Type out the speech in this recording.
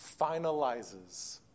finalizes